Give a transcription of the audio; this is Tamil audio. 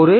ஒரு